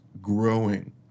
growing